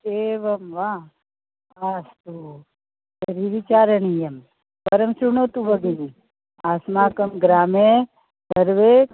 एवं वा अस्तु तर्हि विचारणीयं परं चिनोतु भगिनि अस्माकं ग्रामे सर्वे